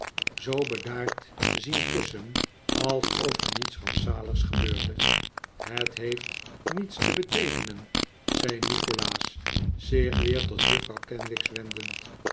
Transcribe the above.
zoo bedaard zien kussen alsof er niets rampzaligs gebeurde het heeft niets te beteekenen zei nikolaas zich weer tot juffrouw kenwigs